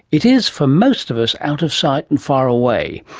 it is, for most of us, out of sight and far away.